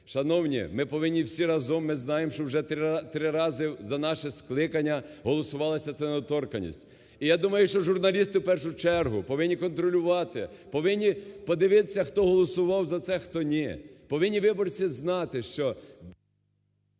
Шановні, ми повинні всі разом, ми знаєм, що вже три рази за наше скликання голосувалася ця недоторканність. І я думаю, що журналісти, в першу чергу, повинні контролювати, повинні подивитися, хто голосував за це, хто – ні. Повинні виборці знати, що…